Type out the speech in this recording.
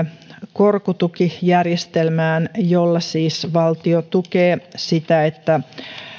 korkotukijärjestelmään jolla siis valtio tukee sitä että